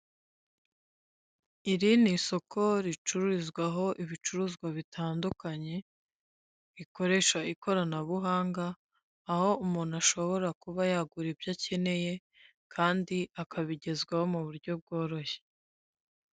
Hano hari uruhurirane rw'abagize ishyaka rya Efuperi Inkotanyi. bafite amadarapo arimo ibara ry'ubururu, umutuku ndetse n'umweru. Umukuru w'igihugu cy'u Rwanda Paul Kagame wambaye umupira w'umweru ndetse n'ipantaro y'umukara. Hari abashinzwe umutekano mu rwego rwa Sitiyu.